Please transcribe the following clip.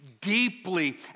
deeply